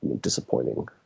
disappointing